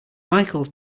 michael